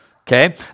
Okay